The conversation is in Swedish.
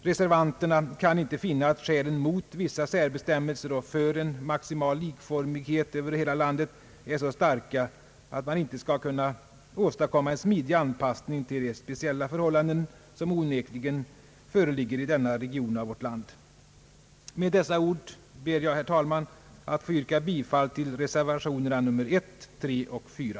Reservanterna kan inte finna att skälen mot vissa särbestämmelser och för en maximal likformighet över hela landet är så starka, att man inte skulle kunna åstadkomma en smidig anpassning till de speciella förhållanden som onekligen föreligger i denna region av vårt land. Med dessa ord ber jag, herr talman, att få yrka bifall till reservationerna nr 1, 3 och 4.